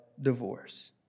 divorce